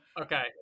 Okay